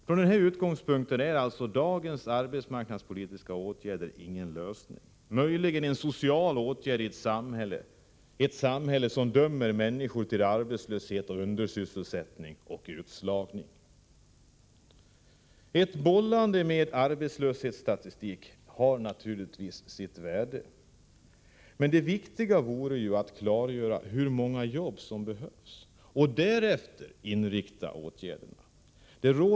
Från denna utgångspunkt innebär alltså dagens arbetsmarknadspolitiska åtgärder ingen lösning. Möjligen kan de ses som sociala åtgärder i ett samhälle som dömer människor till arbetslöshet, undersysselsättning och utslagning. Ett bollande med arbetslöshetsstatistik har naturligtvis sitt värde. Men det viktiga vore att klargöra hur många jobb som behövs och inrikta åtgärderna därefter.